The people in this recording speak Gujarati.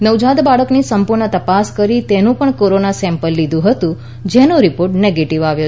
નવજાત બાળકની સંપૂર્ણ તપાસ કરી તેનું પણ કોરોના સેમ્પલ લીધું હતું જેનો રિપોર્ટ નેગેટિવ આવ્યો છે